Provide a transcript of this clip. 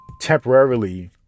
temporarily